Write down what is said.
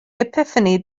epiphany